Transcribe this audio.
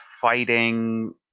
fighting